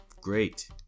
Great